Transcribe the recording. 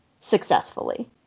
successfully